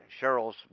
Cheryl's